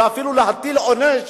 אולי אפילו להטיל עונש